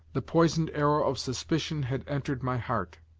the poisoned arrow of suspicion had entered my heart.